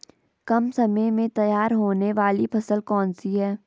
कम समय में तैयार होने वाली फसल कौन सी है?